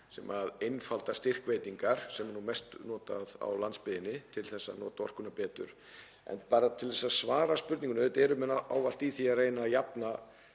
sem einfaldar styrkveitingar, sem er mest notað á landsbyggðinni til að nýta orkuna betur. En bara til að svara spurningunni: Auðvitað eru menn ávallt í því að reyna að jafna